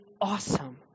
awesome